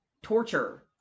torture